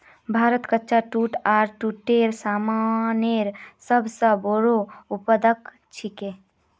भारत कच्चा जूट आर जूटेर सामानेर सब स बोरो उत्पादक छिके